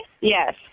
Yes